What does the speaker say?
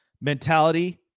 mentality